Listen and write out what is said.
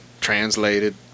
translated